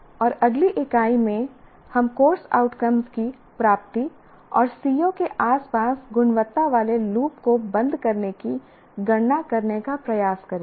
और अगली इकाई में हम कोर्स आउटकम्स की प्राप्ति और CO के आस पास गुणवत्ता वाले लूप को बंद करने की गणना करने का प्रयास करेंगे